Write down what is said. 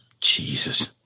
Jesus